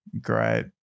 Great